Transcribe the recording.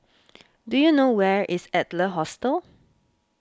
do you know where is Adler Hostel